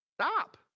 stop